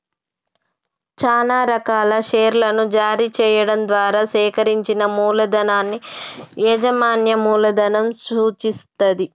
చానా రకాల షేర్లను జారీ చెయ్యడం ద్వారా సేకరించిన మూలధనాన్ని యాజమాన్య మూలధనం సూచిత్తది